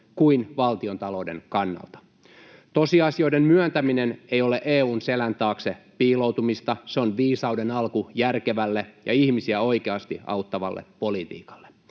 kuin valtionta-louden kannalta. Tosiasioiden myöntäminen ei ole EU:n selän taakse piiloutumista, se on viisauden alku järkevälle ja ihmisiä oikeasti auttavalle politiikalle.